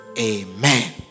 Amen